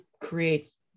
creates